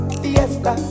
fiesta